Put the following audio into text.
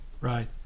right